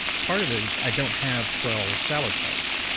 part of it is i don't have twelve salad plates.